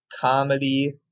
comedy